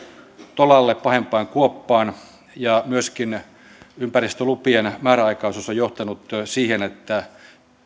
tolalle pahempaan kuoppaan ja myöskin ympäristölupien määräaikaisuus on johtanut siihen että